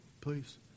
please